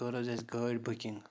کٔر حظ اَسہِ گٲڑۍ بُکِنٛگ